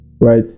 right